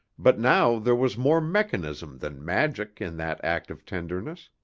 but now there was more mechanism than magic in that act of tenderness.